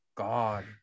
god